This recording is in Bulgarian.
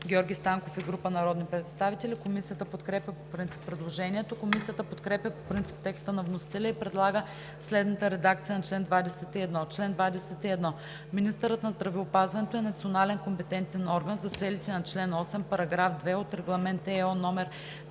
Георги Станков и група народни представители. Комисията подкрепя по принцип предложението. Комисията подкрепя по принцип текста на вносителя и предлага следната редакция на чл. 21: „Чл. 21. Министърът на здравеопазването е национален компетентен орган за целите на чл. 8, параграф 2 от Регламент (ЕО) №